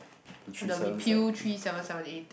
the repeal three seven seven A